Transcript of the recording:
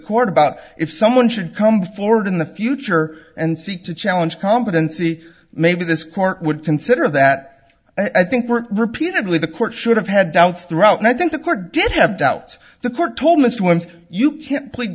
court about if someone should come forward in the future and seek to challenge competency maybe this court would consider that i think were repeatedly the court should have had doubts throughout and i think the court did have doubts the court told mr wims you can't plead